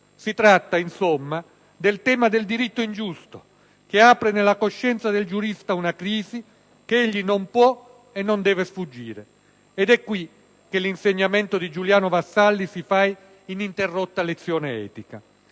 Si tratta insomma del tema del «diritto ingiusto», che apre nella coscienza del giurista una crisi che egli non può e non deve sfuggire. Ed è qui che l'insegnamento di Giuliano Vassalli si fa ininterrotta lezione etica.